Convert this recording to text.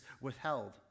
withheld